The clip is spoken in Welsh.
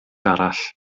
arall